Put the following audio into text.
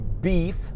beef